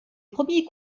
premier